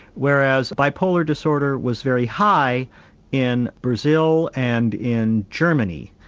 whereas bipolar disorder was very high in brazil and in germany,